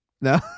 No